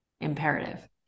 imperative